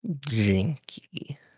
jinky